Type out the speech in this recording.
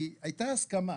כי הייתה הסכמה.